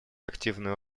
активную